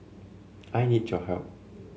I need your help